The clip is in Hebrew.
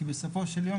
כי בסופו של דבר,